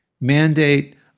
mandate